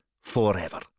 forever